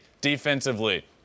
defensively